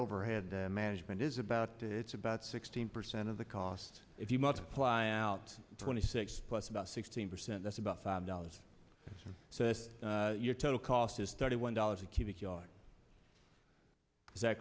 overhead management is about it's about sixteen percent of the cost if you multiply out twenty six plus about sixteen percent that's about five dollars your total cost is thirty one dollars a cubic yard is that